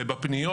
אגב,